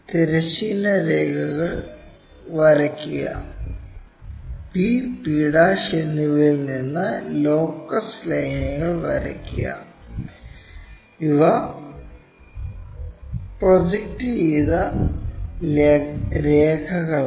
തിരശ്ചീന രേഖകൾ വരയ്ക്കുക p p' എന്നിവയിൽ നിന്ന് ലോക്കസ് ലൈനുകൾ വരയ്ക്കുക ഇവ പ്രൊജക്റ്റ് ചെയ്ത രേഖകളാണ്